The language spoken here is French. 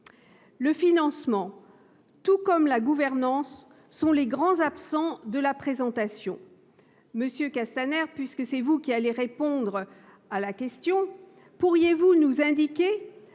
Le financement et la gouvernance sont les grands absents de la présentation. Monsieur Castaner- j'imagine que c'est vous qui allez répondre à ma question -, pourriez-vous nous indiquer